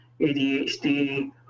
ADHD